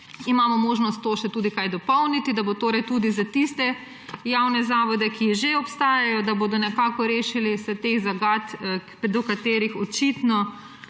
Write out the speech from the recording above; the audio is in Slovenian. imamo možnost to še tudi kaj dopolniti, da bo torej tudi za tiste javne zavode, ki že obstajajo, da se bodo nekako rešili teh zagat, do katerih očitno